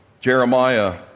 Jeremiah